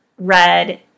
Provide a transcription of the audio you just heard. red